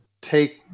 take